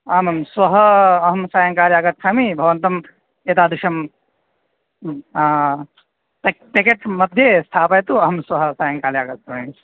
आमां श्वः अहं सायङ्काले आगच्छामि भवन्तम् एतादृशं टे टेकेट् मध्ये स्थापयतु अहं श्वः सायङ्काले आगच्छामि